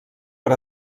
per